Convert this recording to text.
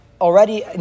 already